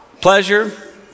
pleasure